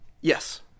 Yes